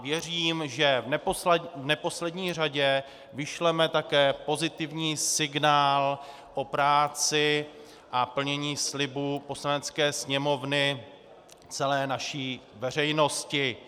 Věřím, že v neposlední řadě vyšleme také pozitivní signál o práci a plnění slibů Poslanecké sněmovny celé naší veřejnosti.